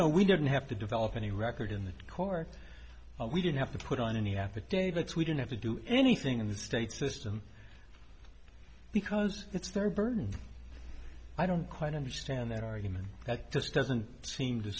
know we didn't have to develop any record in the court we didn't have to put on in the affidavit we didn't have to do anything in the state system because it's their burden i don't quite understand their argument that just doesn't seem to